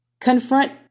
Confront